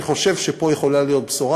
אני חושב שפה יכולה להיות בשורה.